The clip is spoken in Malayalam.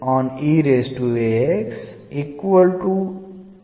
നമുക്ക് എന്നു ലഭിക്കും